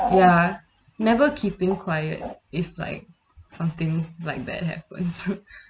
ya never keeping quiet if like something like that happens